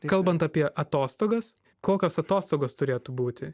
kalbant apie atostogas kokios atostogos turėtų būti